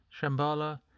shambhala